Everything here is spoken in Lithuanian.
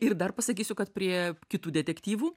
ir dar pasakysiu kad prie kitų detektyvų